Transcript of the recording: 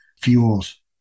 fuels